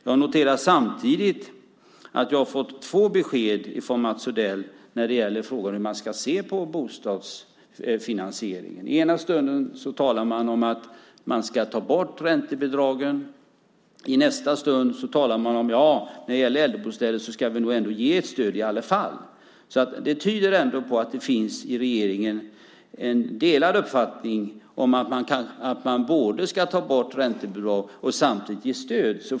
Jag noterar samtidigt att jag har fått två besked från Mats Odell när det gäller frågan om hur man ska se på bostadsfinansieringen. Ena stunden talar man om att ta bort räntebidragen, och i nästa stund ska man nog ändå ge ett stöd till äldrebostäder. Det tyder ändå på att det i regeringen finns en delad uppfattning om att man både ska ta bort räntebidrag och samtidigt ge stöd.